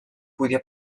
podia